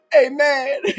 amen